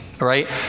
right